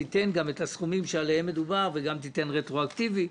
תיתן גם את הסכומים שעליהם מדובר ותיתן זאת רטרואקטיבית.